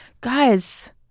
Guys